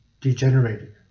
degenerated